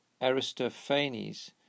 Aristophanes